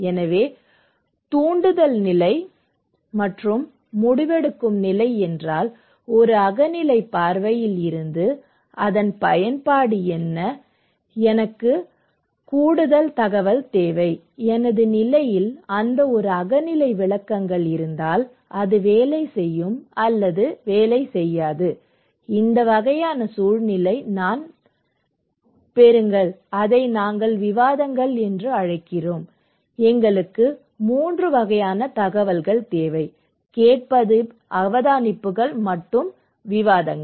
எனவே தூண்டுதல் நிலை மற்றும் முடிவெடுக்கும் நிலை என்றால் ஒரு அகநிலை பார்வையில் இருந்து அதன் பயன்பாடு என்ன எனக்கு கூடுதல் தகவல் தேவை எனது நிலையில் அந்த ஒரு அகநிலை விளக்கங்கள் இருந்தால் அது வேலை செய்யும் அல்லது இல்லை இந்த வகையான சூழல் நான் பெறுங்கள் அதை நாங்கள் விவாதங்கள் என்று அழைக்கிறோம் எங்களுக்கு 3 வகையான தகவல்கள் தேவை கேட்டல் அவதானிப்புகள் மற்றும் விவாதங்கள்